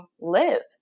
live